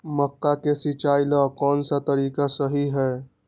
मक्का के सिचाई ला कौन सा तरीका सही है?